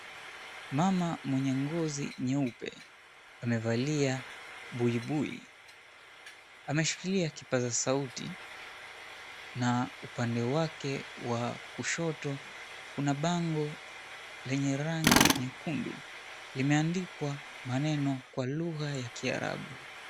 Mama mwenye ngozi za nyeupe amevalia buibui. Ameshikilia kipaza sauti na upande wake wa kushoto kuna bango lenye rangi nyekundu limeandikwa maneno kwa lugha ya kiarabu.